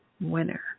winner